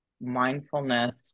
mindfulness